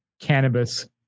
Cannabis